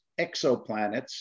exoplanets